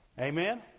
Amen